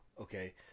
Okay